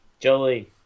Jolie